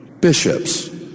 Bishops